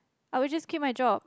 I would just quit my job